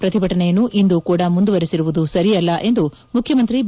ಪ್ರತಿಭಟನೆಯನ್ನು ಇಂದೂ ಕೂಡ ಮುಂದುವರಿಸಿರುವುದು ಸರಿಯಲ್ಲ ಎಂದು ಮುಖ್ಯಮಂತ್ರಿ ಬಿ